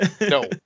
No